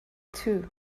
too